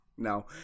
No